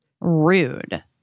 rude